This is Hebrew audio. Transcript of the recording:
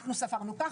אנחנו ספרנו כך.